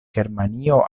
germanio